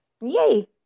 Yay